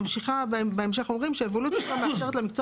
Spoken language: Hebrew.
בהמשך אומרים שאבולוציה זו מאפשרת למקצוע